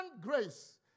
grace